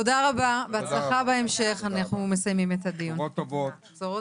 תודה רבה, בהצלחה בהמשך ובשורות טובות.